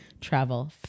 travel